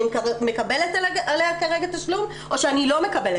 אם אני מקבלת על כך כרגע תשלום או לא.